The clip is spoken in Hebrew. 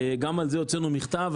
גם על זה הוצאנו מכתב.